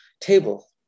table